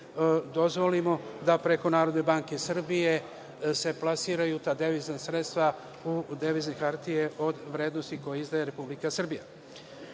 dozvolimo da preko NBS se plasiraju ta devizna sredstva u devizne hartije od vrednosti, koje izdaje Republika Srbija. Što